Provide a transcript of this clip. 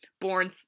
born